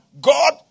God